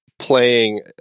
playing